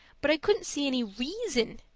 but i couldn't see any reason.